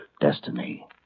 destiny